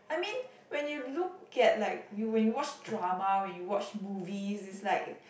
I mean when you look at like you when you watch drama when you watch movies it's like